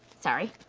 sorry.